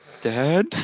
Dad